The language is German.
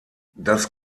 das